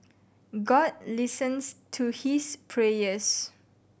God listens to his prayers